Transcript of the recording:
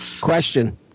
Question